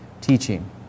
teaching